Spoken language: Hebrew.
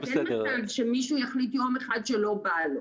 כך שאין מצב שמישהו יחליט יום אחד שלא בא לו.